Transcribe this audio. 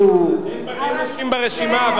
אין נשים ברשימה,